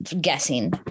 guessing